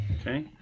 Okay